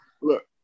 Look